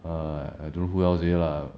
err I don't know who else already lah